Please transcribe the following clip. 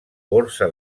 borsa